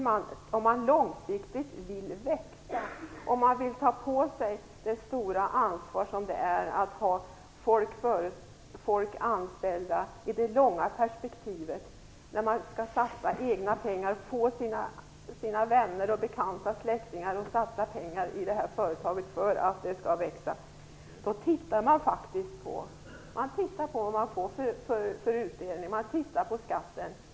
Men om man långsiktigt vill växa, om man vill ta på sig det stora ansvar som det i ett långsiktigt perspektiv innebär att ha folk anställda, att satsa egna pengar och att få sina vänner och bekanta och släktingar att satsa pengar i ett företag för att det skall växa, då tittar man faktiskt på vilken utdelning man får och man tittar på skatten.